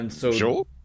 Sure